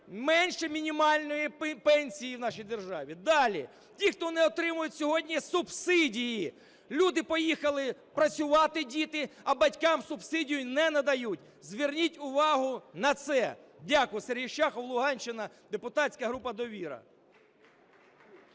менше мінімальної пенсії в нашій державі. Далі. Ті, хто не отримують сьогодні субсидії. Люди поїхали працювати, діти, а батькам субсидію не надають. Зверніть увагу на це. Дякую. Сергій Шахов, Луганщина, депутатська група "Довіра".